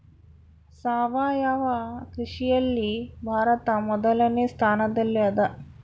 ಸಾವಯವ ಕೃಷಿಯಲ್ಲಿ ಭಾರತ ಮೊದಲನೇ ಸ್ಥಾನದಲ್ಲಿ ಅದ